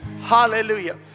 Hallelujah